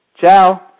Ciao